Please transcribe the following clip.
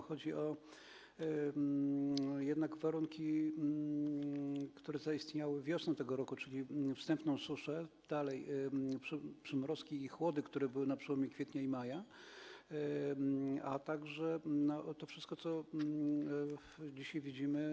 Chodzi o warunki, które zaistniały wiosną tego roku, czyli wczesną suszę, dalej, przymrozki i chłody, które były na przełomie kwietnia i maja, a także to wszystko, co dzisiaj widzimy.